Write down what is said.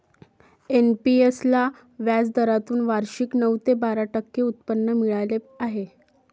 NPS ला व्याजदरातून वार्षिक नऊ ते बारा टक्के उत्पन्न मिळाले आहे